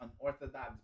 unorthodox